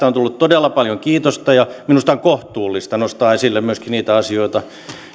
on tullut todella paljon kiitosta ja minusta on kohtuullista nostaa esille myöskin niitä asioita